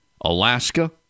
Alaska